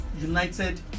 United